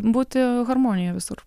būti harmonija visur